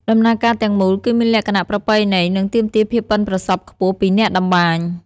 ដំណើរការទាំងមូលគឺមានលក្ខណៈប្រពៃណី និងទាមទារភាពប៉ិនប្រសប់ខ្ពស់ពីអ្នកតម្បាញ។